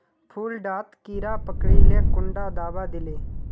फुल डात कीड़ा पकरिले कुंडा दाबा दीले?